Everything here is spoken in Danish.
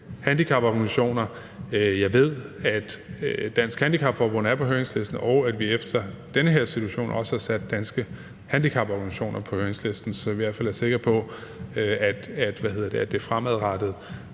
jeg ved, at Dansk Handicap Forbund er på høringslisten, og at vi efter den her situation også har sat Danske Handicaporganisationer på høringslisten, så vi i hvert fald er sikre på, at de fremadrettet